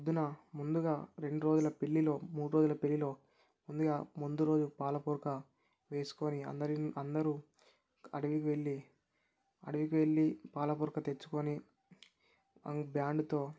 పొద్దున ముందుగా రెండు రోజుల పెళ్ళిలో మూడు రోజుల పెళ్ళిలో ముందుగా ముందు రోజు పాలపుడక వేసుకుని అందరి అందరూ అడవికి వెళ్ళి అడవికి వెళ్ళి పాలపుడక తెచ్చుకోని బ్యాండ్తో